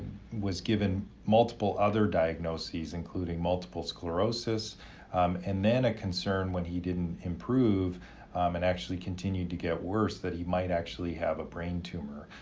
was given multiple other diagnosis, including multiple sclerosis and then a concern when he didn't improve and actually continued to get worse, that he might actually have a brain tumor.